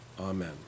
Amen